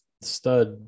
stud